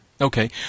Okay